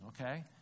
okay